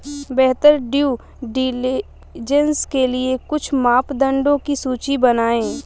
बेहतर due diligence के लिए कुछ मापदंडों की सूची बनाएं?